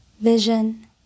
vision